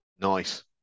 Nice